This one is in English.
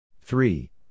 three